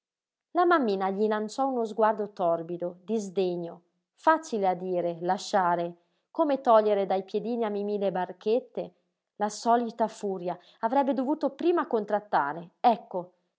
la mammina gli lanciò uno sguardo torbido di sdegno facile a dire lasciare come togliere dai piedini a mimí le barchette la solita furia avrebbe dovuto prima contrattare ecco